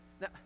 Now